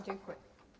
Dziękuję.